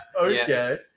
Okay